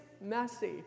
messy